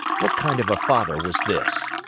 what kind of a father was this!